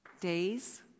Days